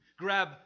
grab